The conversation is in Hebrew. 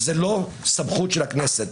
זאת לאסמכות של הכנסת.